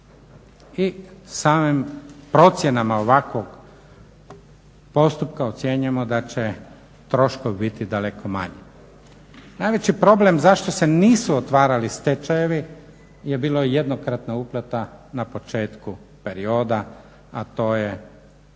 i samim procjenama ovakvog postupka ocjenjujemo da će troškovi biti daleko manji. Najveći problem zašto se nisu otvarali stečajevi je bilo jednokratna uplata na početku perioda, a to je